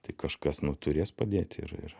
tai kažkas nu turės padėti ir ir